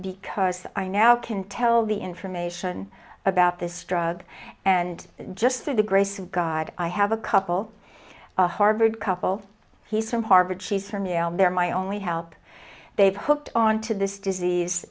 because i now can tell the information about this drug and just to the grace of god i have a couple harvard couple he some harvard she's from yon they're my only help they've hooked on to this disease